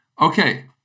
Okay